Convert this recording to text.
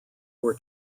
were